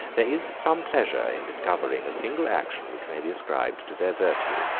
there is some pleasure in discovering a single action which may be ascribed to their virtue.